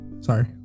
Sorry